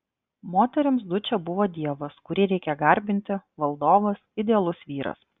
moterims dučė buvo dievas kurį reikia garbinti valdovas idealus vyras